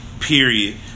period